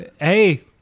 hey